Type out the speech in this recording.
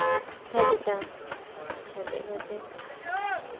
ᱦᱮᱰᱮᱪᱟᱢ ᱦᱮᱰᱮᱡ ᱠᱟᱛᱮᱫ